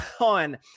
on